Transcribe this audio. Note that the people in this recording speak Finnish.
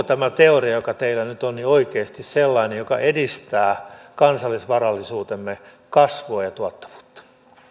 tämä teoria joka teillä nyt on oikeasti sellainen joka edistää kansallisvarallisuutemme kasvua ja tuottavuutta